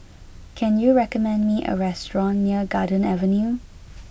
can you recommend me a restaurant near Garden Avenue